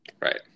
right